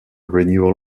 renewal